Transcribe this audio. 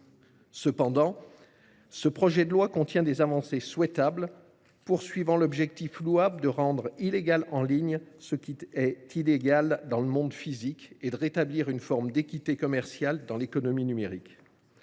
Cependant, ce projet de loi comporte des avancées notables : il vise l’objectif louable de rendre illégal en ligne ce qui l’est dans le monde physique et de rétablir une forme d’équité commerciale dans l’économie numérique.